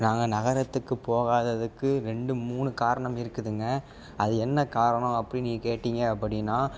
நாங்கள் நகரத்துக்குப் போகாததுக்கு ரெண்டு மூணு காரணம் இருக்குதுங்க அது என்ன காரணம் அப்படின்னு நீங்கள் கேட்டிங்க அப்படின்னா